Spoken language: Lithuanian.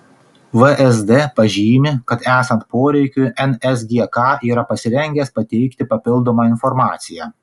vsd pažymi kad esant poreikiui nsgk yra pasirengęs pateikti papildomą informaciją